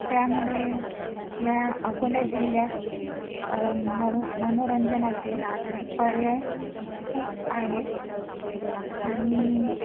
त्यामुळे या अकोला जिल्ह्यात मरो मनोरंजनाचे पर्याय खूप आहेत आणि